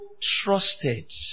trusted